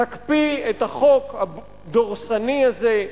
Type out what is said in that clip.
תקפיא את החוק הדורסני הזה,